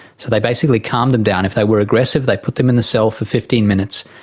so they basically calmed them down. if they were aggressive, they put them in the cell for fifteen minutes,